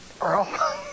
Earl